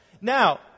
now